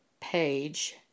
page